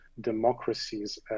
democracies